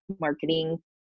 marketing